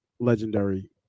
legendary